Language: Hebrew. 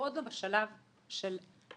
עוד לא בשלב של הדיון